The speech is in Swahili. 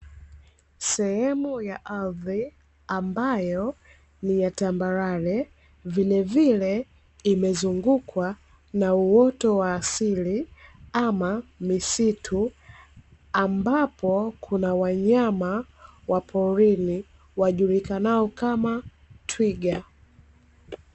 Sehemu ya ardhi, ambayo ni ya tambarare, vilevile imezungukwa na uoto wa asili ama misitu ambapo kuna wanyama wa porini wajulikanao kama twiga.